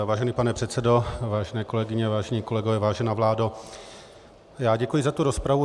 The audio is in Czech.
Vážený pane předsedo, vážené kolegyně, vážení kolegové, vážená vládo, děkuji za tu rozpravu.